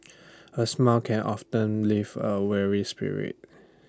A smile can often live A weary spirit